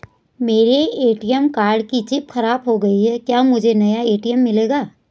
मेरे ATM card की chip खराब हो गयी है क्या मुझे नया ए.टी.एम मिलेगा?